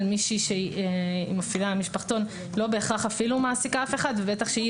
מישהי שמפעילה משפחתון ולא בהכרח אפילו מעסיקה מישהו ובטח כשהיא